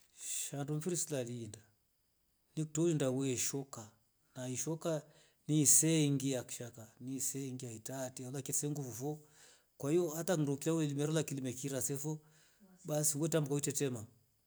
Shandu mfiri si laliinda ni too weenda ishakaa ni sengi ya kishakaa ni sengi hatai atii wala kisongoo kwaiyo hata ndo kitaa weilima pira se basi wetambka wetetema.